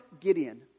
Gideon